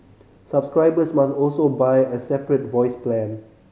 subscribers must also buy a separate voice plan